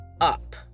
up